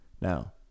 Now